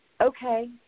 okay